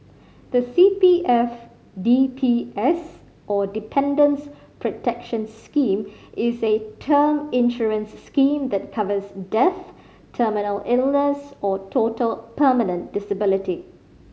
the C P F D P S or Dependants' Protection Scheme is a term insurance scheme that covers death terminal illness or total permanent disability